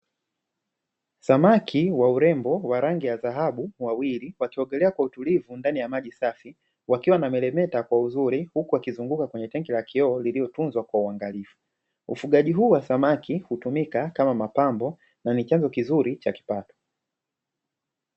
Samaki wa urembo wa rangi ya dhahabu wawili, wakiogelea kwa utulivu ndani ya maji safi, wakiwa wanameremeta kwa uzuri, huku wakizunguka kwenye tenki la kioo lililofungwa kwa uangalifu. Ufugaji huu wa samaki kama mapambo na ni chanzo kizuri cha kipato.